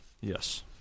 Yes